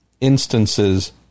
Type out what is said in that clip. instances